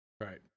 Right